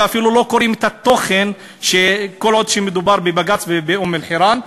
ואפילו לא קוראים את התוכן כל עוד מדובר בבג"ץ ובאום-אלחיראן.